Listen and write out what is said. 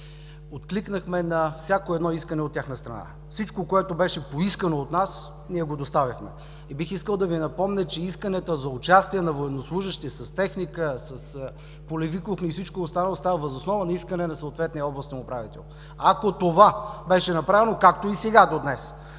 Откликнахме на всяко искане от тяхна страна. Всичко, което беше поискано от нас, го доставяхме. Бих искал да Ви напомня, че участието на военнослужещи с техника, полеви кухни и така нататък става въз основа на искане на съответния областен управител. Ако това беше направено, както и сега, до днес,